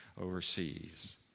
overseas